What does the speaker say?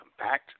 compact